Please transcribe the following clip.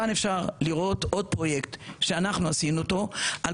כאן אפשר לראות עוד פרויקט שאנחנו עשינו אותו על